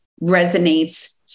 resonates